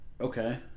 Okay